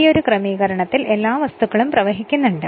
ഈയൊരു ക്രമീകരണത്തിൽ എല്ലാ വസ്തുക്കളും പ്രവഹിക്കുന്നുണ്ട്